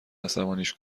عصبانیش